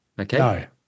Okay